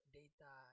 data